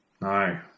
No